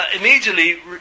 immediately